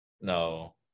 No